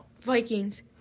Vikings